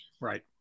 Right